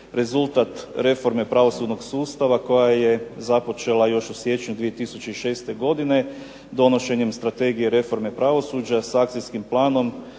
Rezultat reforme pravosudnog sustava koja je započela još u siječnju 2006. godine donošenjem Strategije reforme pravosuđa sa Akcijskim planom